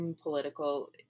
political